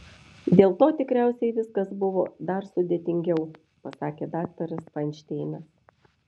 dėl to tikriausiai viskas buvo dar sudėtingiau pasakė daktaras fainšteinas